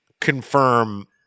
confirm